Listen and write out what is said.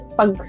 pag